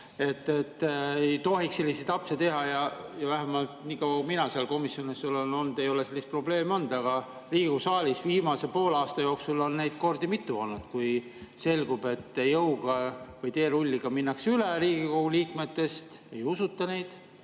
ei tohiks selliseid apse teha. Ja vähemalt nii kaua, kui mina seal komisjonis olen olnud, ei ole sellist probleemi olnud. Aga Riigikogu saalis viimase poole aasta jooksul on neid kordi mitu olnud, kui selgub, et jõuga või teerulliga minnakse üle Riigikogu liikmetest, ei usuta neid,